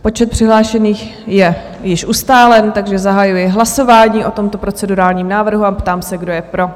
Počet přihlášených je již ustálen, takže zahajuji hlasování o tomto procedurální návrhu a ptám se, kdo je pro.